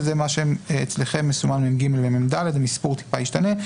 שזה מה שאצלכם מסומן (מג) ו-(מד) המספור טיפה ישתנה,